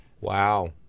Wow